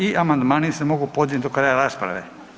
I amandmani se mogu podnijet do kraja rasprave.